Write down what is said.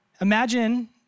Imagine